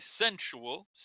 sensual